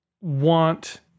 want